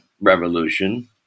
revolution